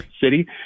city